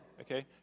Okay